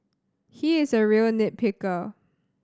he is a real nit picker